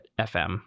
FM